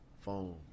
Phone